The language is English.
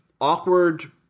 awkward